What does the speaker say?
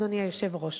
אדוני היושב-ראש.